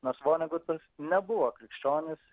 nors vonegutas nebuvo krikščionis